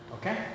Okay